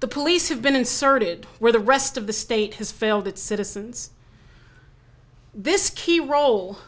the police have been inserted where the rest of the state has failed its citizens this key role